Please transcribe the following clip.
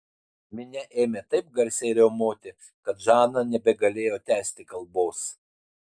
minia ėmė taip garsiai riaumoti kad žana nebegalėjo tęsti kalbos